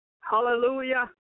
hallelujah